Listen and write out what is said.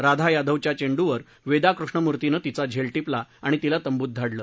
राधा यादवच्या चेंडूवर वेदा कृष्णमूर्तीनं तिचा झेल टिपला आणि तिला तंबूत धाडलं